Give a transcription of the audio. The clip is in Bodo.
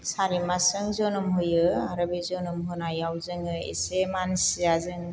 सारि मासजों जोनोम होयो आरो बे जोनोम होनायाव जोङो इसे मानसिया जों